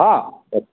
हँ